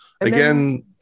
Again